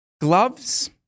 Gloves